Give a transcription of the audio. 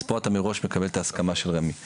אז פה אתה מראש מקבל את ההסכמה של רמ"י.